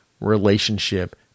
relationship